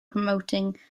promoting